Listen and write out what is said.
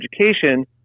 education